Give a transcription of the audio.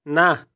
ନା